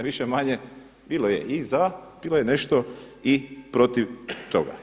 Više-manje bilo je i za, bilo je nešto i protiv toga.